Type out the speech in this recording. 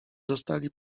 zostali